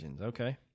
Okay